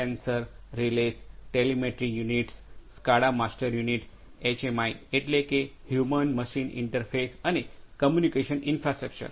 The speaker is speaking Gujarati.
sensor relays telemetry units SCADA master unit HMI એટલે કે હ્યુમન મશીન ઇંટરફેસ અને કમ્યુનિકેશન ઇન્ફ્રાસ્ટ્રક્ચર